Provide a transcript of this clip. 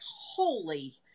holy